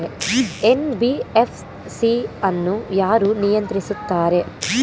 NBFC ಅನ್ನು ಯಾರು ನಿಯಂತ್ರಿಸುತ್ತಾರೆ?